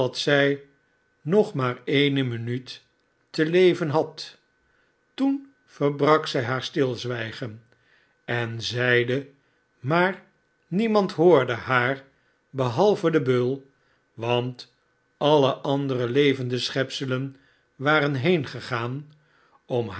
zij nog maar eene minuut te leven jiad toen verbrak zij haar stilzwijgen en zeide maar niemand hoorde haar behalve de beul want alle andere levende schepselen waren